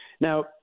Now